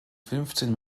fünfzehn